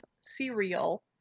cereal